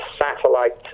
satellite